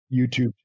YouTube